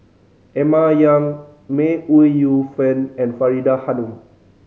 Emma Yong May Ooi Yu Fen and Faridah Hanum